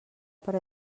per